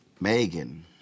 Megan